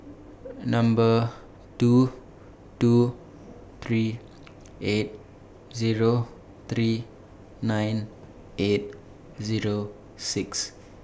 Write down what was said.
Number two two three eight Zero three nine eight Zero six